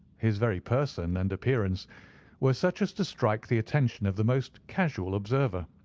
his very person and appearance were such as to strike the attention of the most casual observer.